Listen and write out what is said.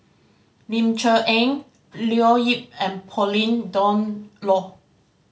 Ling Cher Eng Leo Yip and Pauline Dawn Loh